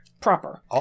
proper